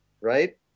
right